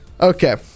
Okay